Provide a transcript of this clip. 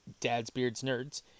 dadsbeardsnerds